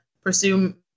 pursue